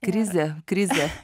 krizė krizė